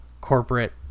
corporate